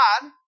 God